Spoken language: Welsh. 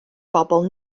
bobl